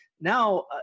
now